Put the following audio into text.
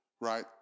right